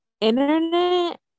Internet